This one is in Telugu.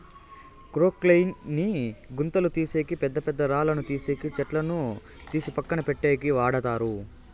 క్రొక్లేయిన్ ని గుంతలు తీసేకి, పెద్ద పెద్ద రాళ్ళను తీసేకి, చెట్లను తీసి పక్కన పెట్టేకి వాడతారు